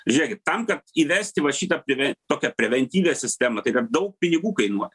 žiūrėkit tam kad įvesti va šitą preven tokią preventingą sistemą tai kad daug pinigų kainuoja